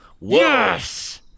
Yes